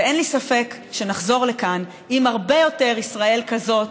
אין לי ספק שנחזור לכאן עם הרבה יותר ישראל כזאת